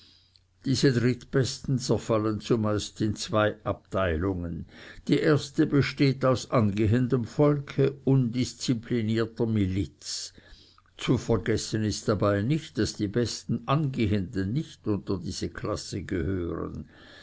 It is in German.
diese drittbesten zerfallen zumeist in zwei abteilungen die erste besteht aus angehendem volke undisziplinierter miliz zu vergessen ist dabei nicht daß die besten angehenden nicht unter diese klasse gehören